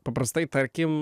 paprastai tarkim